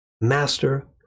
Master